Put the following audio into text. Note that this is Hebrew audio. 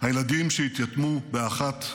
הילדים שהתייתמו באחת,